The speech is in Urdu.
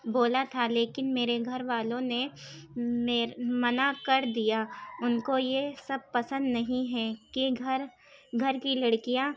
بولا تھا لیکن میرے گھر والوں نے میرے منع کر دیا ان کو یہ سب پسند نہیں ہے کہ گھر گھر کی لڑکیاں